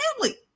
family